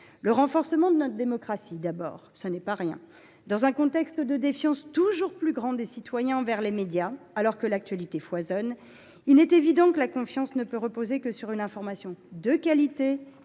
le renforcement de notre démocratie. Dans un contexte de défiance toujours plus grand des citoyens envers les médias, alors que l’actualité foisonne, il est évident que la confiance ne peut reposer que sur une information de qualité